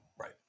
Right